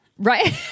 Right